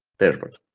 dashboard.